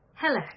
Hello